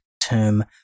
term